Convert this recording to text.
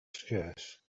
scarce